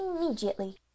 immediately